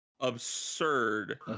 absurd